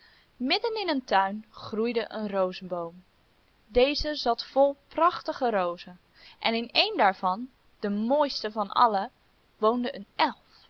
midden in een tuin groeide een rozeboom deze zat vol prachtige rozen en in een daarvan de mooiste van alle woonde